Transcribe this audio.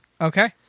Okay